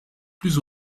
plus